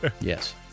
Yes